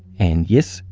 and yes,